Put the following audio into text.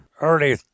early